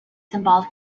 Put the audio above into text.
symbolic